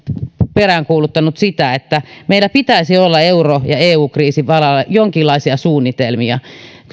peräänkuuluttanut sitä että meillä pitäisi olla euro ja eu kriisin varalle jonkinlaisia suunnitelmia